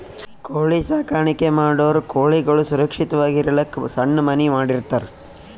ಕೋಳಿ ಸಾಕಾಣಿಕೆ ಮಾಡೋರ್ ಕೋಳಿಗಳ್ ಸುರಕ್ಷತ್ವಾಗಿ ಇರಲಕ್ಕ್ ಸಣ್ಣ್ ಮನಿ ಮಾಡಿರ್ತರ್